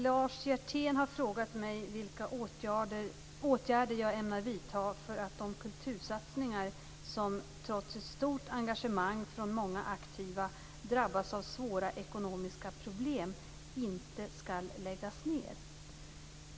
Lars Hjertén har frågat mig vilka åtgärder jag ämnar vidta för att de kultursatsningar, som trots ett stort engagemang från många aktiva, drabbas av svåra ekonomiska problem, inte skall läggas ned.